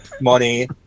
money